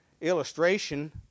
illustration